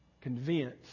convinced